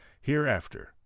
hereafter